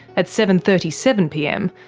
at seven thirty seven pm,